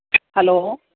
hello